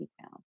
Town